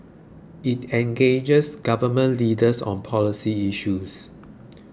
it engages Government Leaders on policy issues